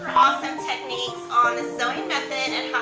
techniques on the sewing method and